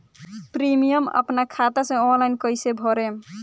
Premium अपना खाता से ऑनलाइन कईसे भरेम?